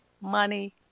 money